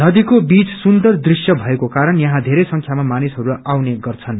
नदीको बीच सुन्दर दृश्य भएको कारण यहाँ वेरै संख्यामा मानिसहरू आउने गर्छन्